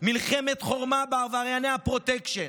מלחמת חורמה על עברייני הפרוטקשן.